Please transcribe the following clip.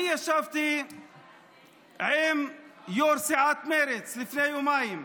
אני ישבתי עם יו"ר סיעת מרצ לפני יומיים,